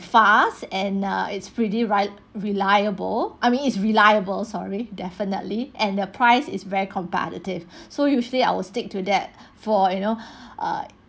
fast and ah it's pretty right reliable I mean is reliable sorry definitely and the price is very competitive so usually I will stick to that for you know ah